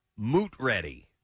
Mootready